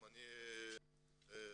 אברהם,